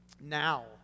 now